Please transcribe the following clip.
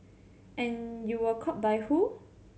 and you were caught by who